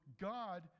God